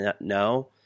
no